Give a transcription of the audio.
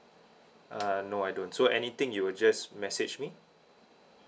uh no I don't so anything you will just message me